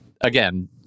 Again